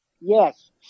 yes